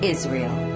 Israel